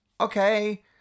okay